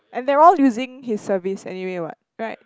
and they are all using his service anyway what right